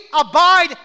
abide